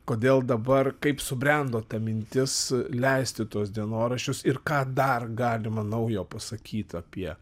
kodėl dabar kaip subrendo ta mintis leisti tuos dienoraščius ir ką dar galima naujo pasakyt apie